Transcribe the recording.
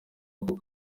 uku